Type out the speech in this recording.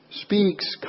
speaks